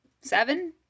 seven